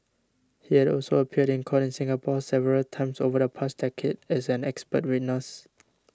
he had also appeared in court in Singapore several times over the past decade as an expert witness